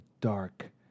dark